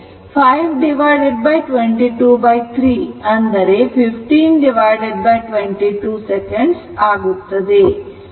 ಆದ್ದರಿಂದ τ LRThevenin ಅಂದರೆ 5223 1522 second ಆಗುತ್ತದೆ